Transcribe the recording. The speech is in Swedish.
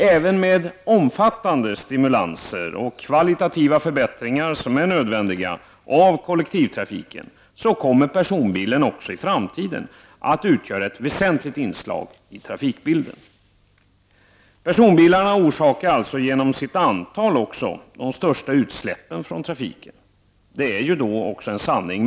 Även med omfattande stimulanser och de kvalitativa förbättringar som är nödvändiga när det gäller kollektivtrafiken kommer personbilen också i framtiden att utgöra ett väsentligt inslag i trafikbilden. Personbilarna orsakar även genom sitt antal de största utsläppen från trafiken; det är också en sanning.